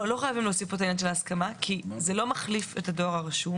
לא חייבים להוסיף פה את עניין ההסכמה כי זה לא מחליף את הדואר הרשום.